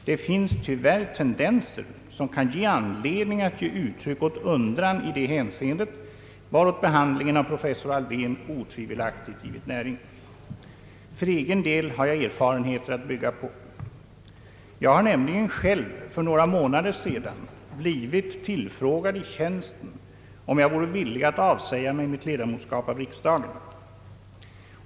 Det finns tyvärr tendenser som kan ge anledning att uttrycka undran i detta hänseende, åt vilken behandlingen av professor Alfvén otvivelaktigt givit näring. Jag har för egen del erfarenheter att bygga på. Jag har nämligen själv för några månader sedan blivit tillfrågad i tjänsten, om jag vore villig att avsäga mig mitt ledamotskap av riksdagen.